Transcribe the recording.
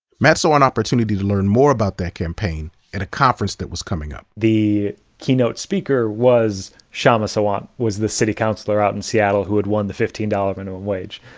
matt saw an opportunity to learn more about that campaign at a conference that was coming up, the keynote speaker was kshama sawant, was the city counselor out in seattle who had won the fifteen dollars minimum wage.